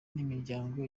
n’imiryango